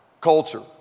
culture